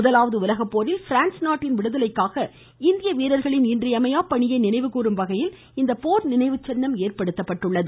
முதலாவது உலகப்போரில் பிரான்ஸ் நாட்டின் விடுதலைக்காக இந்திய வீரர்களின் இன்றியமையா பணியை நினைவு கூறும் வகையில் இந்த போர் நினைவுச்சின்னம் ஏற்படுத்தப்பட்டுள்ளது